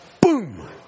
Boom